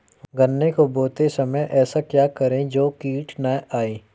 गन्ने को बोते समय ऐसा क्या करें जो कीट न आयें?